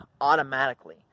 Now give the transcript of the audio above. automatically